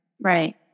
Right